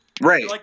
Right